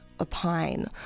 opine